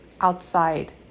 outside